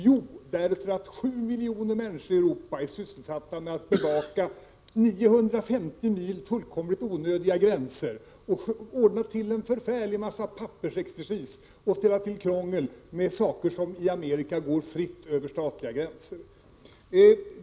Jo, därför att 7 miljoner människor i Europa är sysselsatta med att bevaka 950 mil fullkomligt onödiga gränser och ordna till en förfärlig massa pappersexercis och ställa till krångel med saker som i Amerika går fritt över statliga gränser.